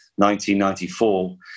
1994